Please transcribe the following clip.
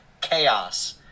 chaos